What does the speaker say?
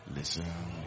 Listen